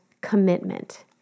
commitment